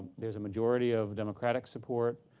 there's a majority of democratic support.